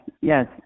Yes